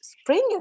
spring